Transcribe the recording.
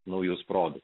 naujus protus